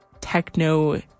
techno